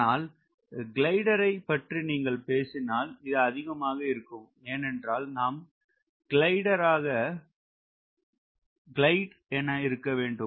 ஆனால் கிளைடர் ஐ பற்றி நீங்கள் பேசினால் இது அதிகமாக இருக்க வேண்டும் ஏன் என்றால் நாம் கிளைட் ஆக வேண்டும்